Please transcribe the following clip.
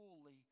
fully